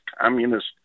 communist